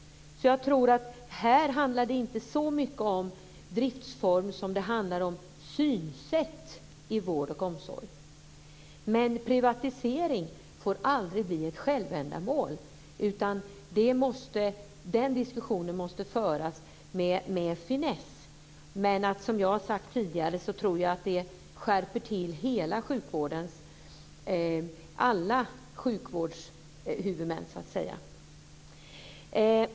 Jag tror att det här inte så mycket handlar om driftsform som det handlar om synsätt i vård och omsorg. Privatisering får aldrig bli ett självändamål, utan den diskussionen måste föras med finess, men som jag har sagt tidigare tror jag att det skärper till hela sjukvårdens alla sjukvårdshuvudmän, så att säga.